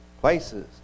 places